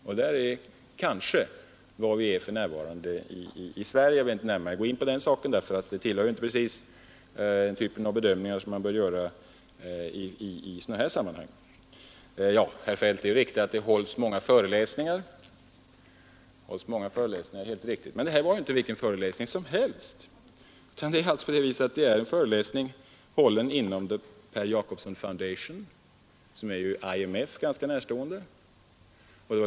Där är vi kanske för närvarande i Sverige, men jag vill inte närmare gå in på den saken, därför att det ju inte precis tillhör den typ av bedömningar som man bör göra i sådana här sammanhang. Det är riktigt, herr Feldt, att det hålls många föreläsningar, men det här var inte vilken föreläsning som helst utan en föreläsning hållen inom The Per Jacobson Foundation, som ju är IMF närstående.